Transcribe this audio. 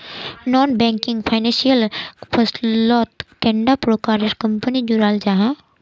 Non banking financial फसलोत कैडा प्रकारेर कंपनी जुराल जाहा?